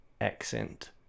accent